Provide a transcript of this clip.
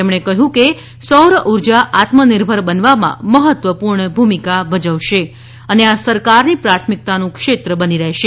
તેમણે કહ્યું કે સૌર ઉર્જા આત્મનિર્ભર બનવામાં મહત્વપુર્ણ ભૂમિકા ભજવશે અને આ સરકારની પ્રાથમિકતાનું ક્ષેત્ર બની રહેશે